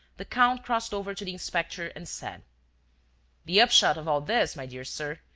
the count crossed over to the inspector and said the upshot of all this, my dear sir,